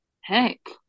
heck